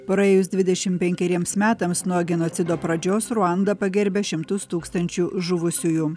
praėjus dvidešim penkeriems metams nuo genocido pradžios ruanda pagerbia šimtus tūkstančių žuvusiųjų